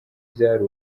byari